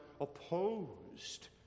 opposed